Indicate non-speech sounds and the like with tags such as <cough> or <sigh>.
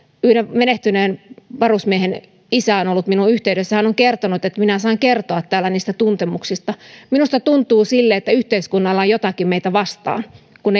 menehtyneen varusmiehen isä on ollut minuun yhteydessä hän on kertonut että minä saan kertoa täällä niistä tuntemuksista minusta tuntuu sille että yhteiskunnalla on jotakin meitä vastaan kun <unintelligible>